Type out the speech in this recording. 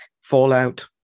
fallout